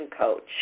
coach